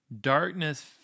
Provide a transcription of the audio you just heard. darkness